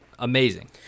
Amazing